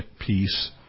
peace